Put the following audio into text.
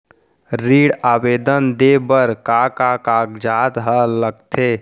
ऋण आवेदन दे बर का का कागजात ह लगथे?